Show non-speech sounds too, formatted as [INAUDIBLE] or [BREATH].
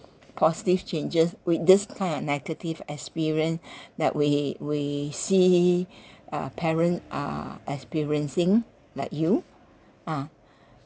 positive changes with this kind of negative experience [BREATH] that we we see uh parent are experiencing like you(uh)